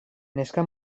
neska